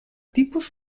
tipus